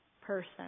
person